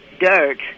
dirt